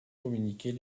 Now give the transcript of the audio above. communiquer